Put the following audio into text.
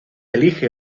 elige